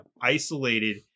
isolated